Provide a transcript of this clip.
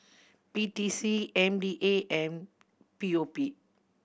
P T C M D A and P O P